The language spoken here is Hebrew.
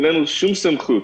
אין לנו שום סמכות,